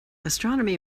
astronomy